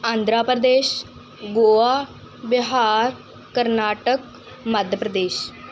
Andhra Pradesh Goa Bihar Karnataka Madhya Pradesh